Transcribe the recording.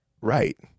right